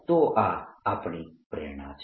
તો આ આપણી પ્રેરણા છે